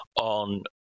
on